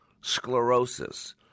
sclerosis